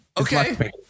Okay